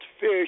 fish